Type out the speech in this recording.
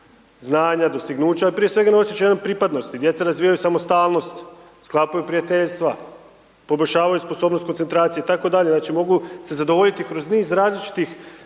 znanja, dostignuća ali prije svega na osjećaj jedan pripadnosti, djeca razvijaju samostalnost, sklapaju prijateljstva, poboljšavaju sposobnog koncentracije itd. Znači mogu se zadovoljiti kroz niz različitih